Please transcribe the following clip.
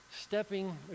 stepping